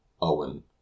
Owen